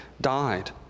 died